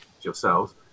yourselves